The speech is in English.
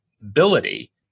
ability